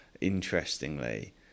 interestingly